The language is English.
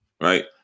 Right